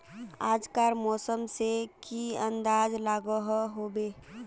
आज कार मौसम से की अंदाज लागोहो होबे?